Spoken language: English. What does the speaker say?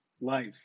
life